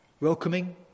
welcoming